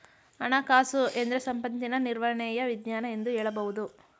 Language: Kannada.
ಹಣಕಾಸುಎಂದ್ರೆ ಸಂಪತ್ತಿನ ನಿರ್ವಹಣೆಯ ವಿಜ್ಞಾನ ಎಂದು ಹೇಳಬಹುದು